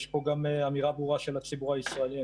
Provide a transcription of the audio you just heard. יש פה גם אמירה ברורה של הציבור הישראלי.